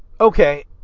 okay